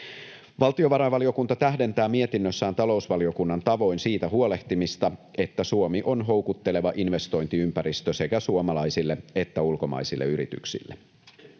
Valtiovarainvaliokunta tähdentää mietinnössään talousvaliokunnan tavoin siitä huolehtimista, että Suomi on houkutteleva investointiympäristö sekä suomalaisille että ulkomaisille yrityksille.